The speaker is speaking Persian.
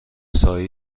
سایه